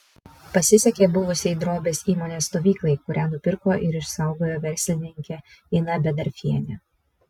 pasisekė buvusiai drobės įmonės stovyklai kurią nupirko ir išsaugojo verslininkė ina bedarfienė